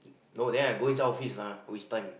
no then I go inside office lah waste time